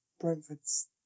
Brentford's